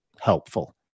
helpful